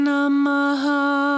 Namaha